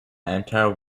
entire